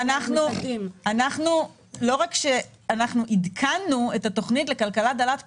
רק שאנחנו עדכנו את התוכנית לכלכלה דלת פחמן,